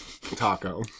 taco